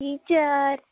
teacher